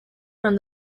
from